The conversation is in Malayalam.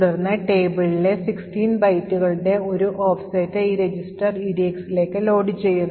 തുടർന്ന് പട്ടികയിലെ 16 ബൈറ്റുകളുടെ ഒരു ഓഫ്സെറ്റ് ഈ രജിസ്റ്റർ EDX ലേക്ക് ലോഡുചെയ്യുന്നു